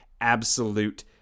absolute